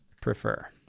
prefer